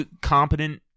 competent